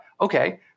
okay